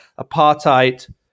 apartheid